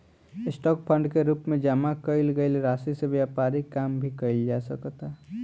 stock fund के रूप में जामा कईल गईल राशि से व्यापारिक काम भी कईल जा सकता